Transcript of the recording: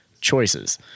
choices